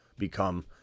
become